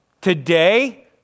Today